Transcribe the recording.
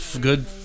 good